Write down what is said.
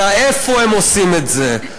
אלא איפה הם עושים את זה.